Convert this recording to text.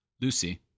Lucy